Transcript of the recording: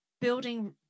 building